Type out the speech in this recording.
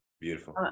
Beautiful